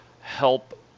help